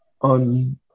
on